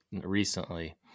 recently